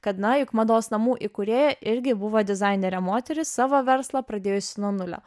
kad na juk mados namų įkūrėja irgi buvo dizainerė moteris savo verslą pradėjusi nuo nulio